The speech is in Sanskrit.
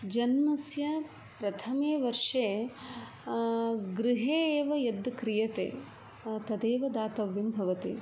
जन्मस्य प्रथमे वर्षे गृहे एव यद् क्रियते तदेव दातव्यं भवति